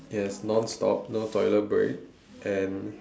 yes non stop no toilet break and